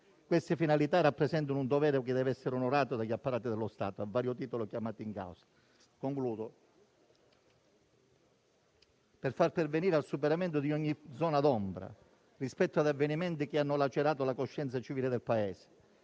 Queste finalità rappresentano un dovere che deve essere onorato degli apparati dello Stato a vario titolo chiamati in causa. In conclusione, per pervenire al superamento di ogni zona d'ombra su avvenimenti che hanno lacerato la coscienza civile del Paese,